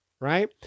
right